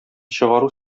чыгару